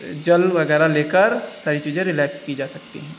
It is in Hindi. जल वगैरह लेकर सारी चीज़ें रिलैक्स की जा सकती हैं